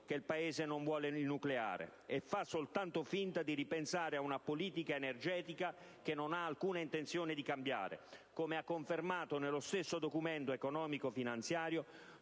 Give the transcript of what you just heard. che il Paese non vuole il nucleare e fa soltanto finta di ripensare a una politica energetica che non ha alcuna intenzione di cambiare, come ha confermato nello stesso Documento di economia e finanza